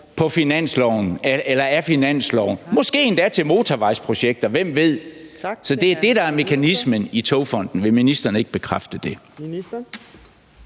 DK, har været brugt på finansloven, måske endda til motorvejsprojekter, hvem ved? Så det er det, der er mekanismen i Togfonden DK. Vil ministeren ikke bekræfte det?